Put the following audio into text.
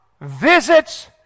visits